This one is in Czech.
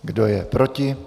Kdo je proti?